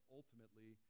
ultimately